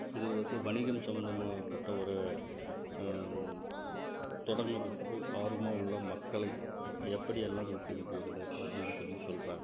இது வந்து வணிகம் சம்பந்தாமாகப்பட்ட ஒரு தொடங்கிறதுக்கு ஆர்வமா உள்ள மக்களை எப்படியெல்லாம் ஊக்குவிக்கிறது அப்படின்னு சொல்லி சொல்கிறாங்க